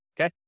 okay